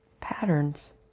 patterns